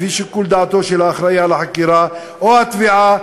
לפי שיקול דעתו של האחראי לחקירה או לתביעה,